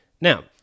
Now